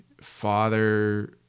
father